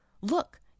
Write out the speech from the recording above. Look